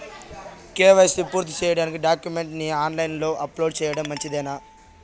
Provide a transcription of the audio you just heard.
KYC పూర్తి సేయడానికి డాక్యుమెంట్లు ని ఆన్ లైను లో అప్లోడ్ సేయడం మంచిదేనా?